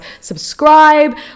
subscribe